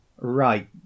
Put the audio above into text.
right